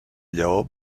lleó